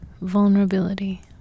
Vulnerability